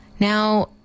Now